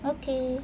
okay